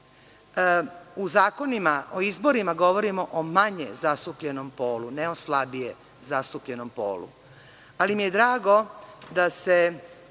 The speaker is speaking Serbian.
zakonima o izborima govorimo o manje zastupljenom polu, ne slabije zastupljenom polu, ali mi je drago da se